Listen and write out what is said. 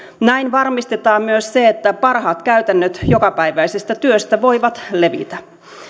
näin varmistetaan myös se että parhaat käytännöt jokapäiväisestä työstä voivat levitä